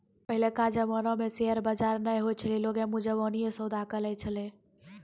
पहिलका जमाना मे शेयर बजार नै होय छलै लोगें मुजबानीये सौदा करै छलै